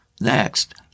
Next